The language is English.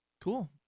Cool